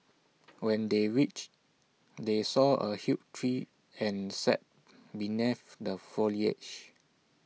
when they reached they saw A huge tree and sat beneath the foliage